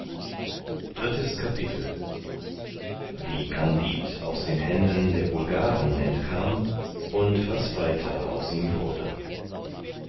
drittes kapitel wie kandid aus den händen der bulgaren entkam und was weiter aus ihm wurde